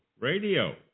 RADIO